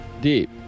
deep